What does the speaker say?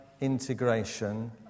integration